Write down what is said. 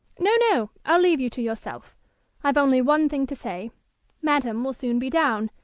no, no, i'll leave you to yourself i've only one thing to say madam will soon be down,